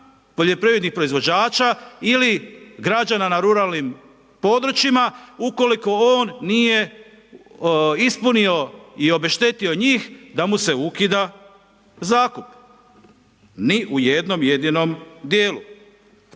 poljoprivrednih proizvođača ili građana na ruralnim područjima, ukoliko on nije ispunio i obeštetio njih, da mu se ukida zakup, ni u jednom jedinom dijelu.